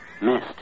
Missed